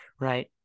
right